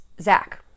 Zach